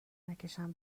نکشن